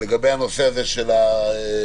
לגבי הנושא הזה של אלכוהול.